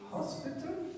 Hospital